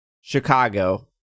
Chicago